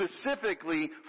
specifically